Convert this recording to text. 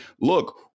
look